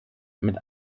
mit